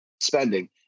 spending